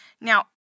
Now